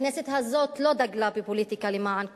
הכנסת הזאת לא דגלה בפוליטיקה למען כולם,